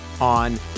on